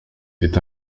est